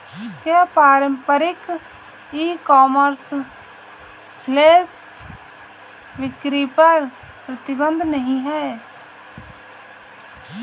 क्या पारंपरिक e commerce flash बिक्री पर प्रतिबंध नहीं है?